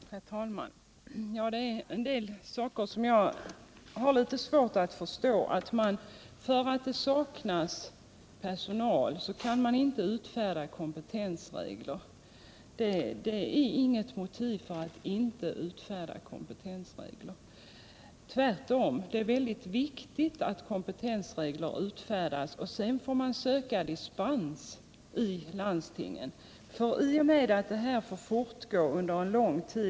Herr talman! Det är en del saker som jag har svårt att förstå. Att det saknas personal är inget motiv för att inte utfärda kompetensregler. Tvärtom är det viktigt att komptensregler utfärdas och att landstingen sedan får söka dispens. Nuvarande förhållanden får inte fortgå under en lång tid.